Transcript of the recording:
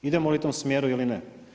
Idemo li u tom smjeru ili ne?